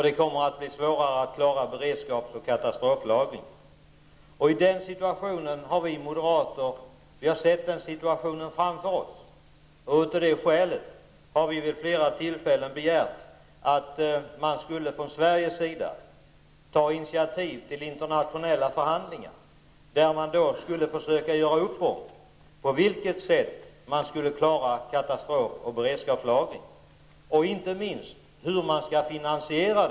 Det kommer att bli svårare att klara beredskaps och katastroflagring. Vi moderater har sett den situationen framför oss, och av det skälet har vi vid flera tillfällen begärt att vi från svensk sida ta initiativ till internationella förhandlingar där man skulle försöka göra upp om hur katastrof och beredskapslagring skulle klaras och inte minst hur det skall finansieras.